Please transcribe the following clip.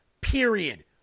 period